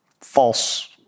false